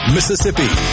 Mississippi